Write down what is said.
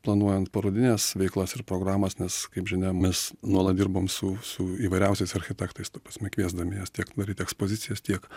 planuojant parodines veiklas ir programas nes kaip žinia mes nuolat dirbam su su įvairiausiais architektais ta prasme kviesdami juos tiek daryt ekspozicijas tiek